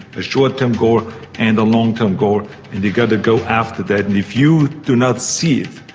a short-term goal and a long-term goal and you got to go after that and if you do not see it,